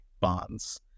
Bonds